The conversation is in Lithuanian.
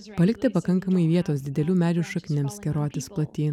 palikti pakankamai vietos didelių medžių šaknims kerotis platyn